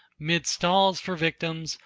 mid stalls for victims,